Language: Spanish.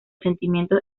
sentimientos